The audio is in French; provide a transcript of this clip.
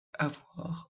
avoir